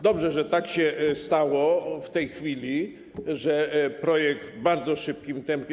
Dobrze, że tak się stało w tej chwili, że projekt w bardzo szybkim tempie.